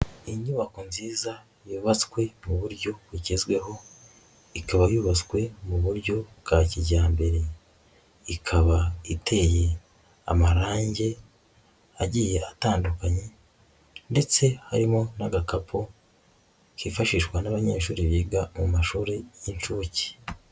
Inyubako nziza yubatswe mu buryo bugezweho, ikaba yubatswe mu buryo bwa kijyambere, ikaba iteye amarangi agiye atandukanye ndetse harimo n'agakapu kifashishwa n'abanyeshuri biga mu mashuri y'inshuke.